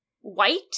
white